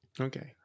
Okay